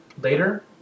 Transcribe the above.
later